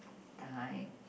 time